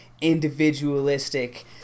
individualistic